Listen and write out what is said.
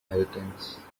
inheritance